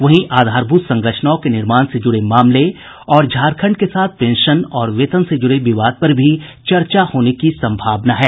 वहीं आधारभूत संरचनाओं के निर्माण से जुड़े मामले और झारखंड के साथ पेंशन और वेतन से जुड़े विवाद पर भी चर्चा होने की सम्भावना है